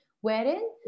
wherein